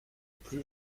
plus